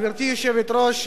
גברתי היושבת-ראש,